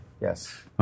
Yes